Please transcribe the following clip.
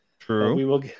True